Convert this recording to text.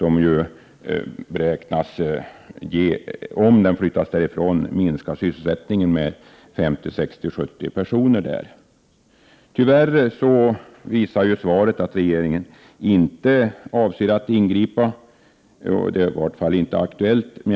Om denna verksamhet flyttas från Ånge beräknas den minska sysselsättningen med 50, 60 eller 70 personer. Tyvärr visar svaret att regeringen inte avser att ingripa — det är åtminstone inte aktuellt nu.